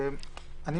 אנחנו